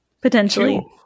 potentially